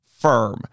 firm